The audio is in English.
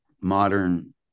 modern